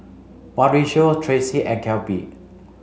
Mauricio Tracy and Kelby